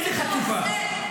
איזה חצופה.